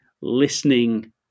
listening